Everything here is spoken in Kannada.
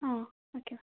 ಹಾಂ ಓಕೆ